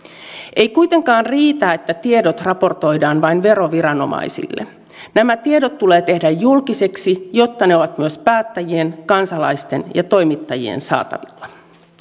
ei kuitenkaan riitä että tiedot raportoidaan vain veroviranomaisille nämä tiedot tulee tehdä julkisiksi jotta ne ovat myös päättäjien kansalaisten ja toimittajien saatavilla